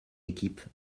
équipe